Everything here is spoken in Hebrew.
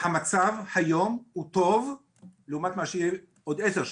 המצב היום הוא טוב לעומת מה שיהיה עוד עשר שנים,